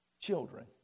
children